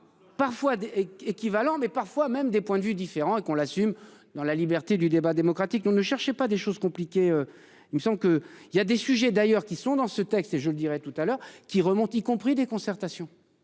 Parfois des équivalents, mais parfois même des points de vue différents et qu'on l'assume dans la liberté du débat démocratique, on ne cherchait pas des choses compliquées. Il me semble que il y a des sujets d'ailleurs qui sont dans ce texte et je le dirai tout à l'heure qui remonte, y compris des concertations.